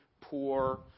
poor